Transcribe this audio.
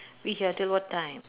we here till what time